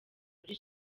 muri